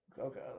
okay